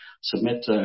submit